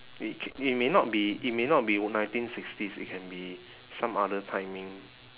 it c~ it may not be it may not be nineteen sixties it can be some other timing